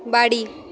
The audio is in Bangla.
বাড়ি